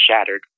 shattered